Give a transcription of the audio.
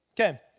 Okay